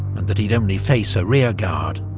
and that he'd only face a rearguard.